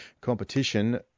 competition